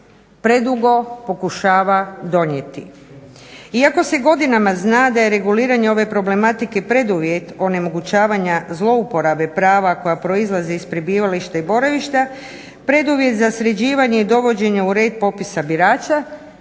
predugo pokušava donijeti. Iako se godinama zna da je reguliranje ove problematike preduvjet onemogućavanja zlouporabe prava koja proizlaze iz prebivališta i boravišta, preduvjet za sređivanje i dovođenje u red popisa birača